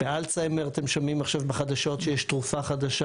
באלצהיימר אתם שומעים עכשיו בחדשות שיש תרופה חדשה,